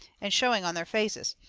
and showing on their faces.